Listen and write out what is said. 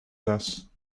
zes